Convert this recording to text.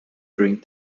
during